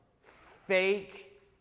fake